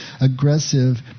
aggressive